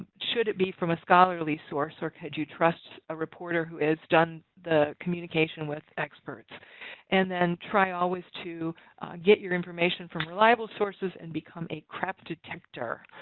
should it be from a scholarly source or could you trust a reporter who has done the communication with experts and and try always to get your information from reliable sources and become a craap detector.